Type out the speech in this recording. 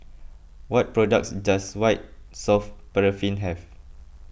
what products does White Soft Paraffin have